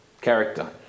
character